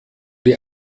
die